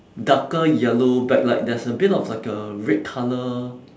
darker yellow backlight there's a bit of like a red colour